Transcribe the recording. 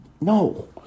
no